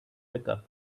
becca